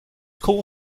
call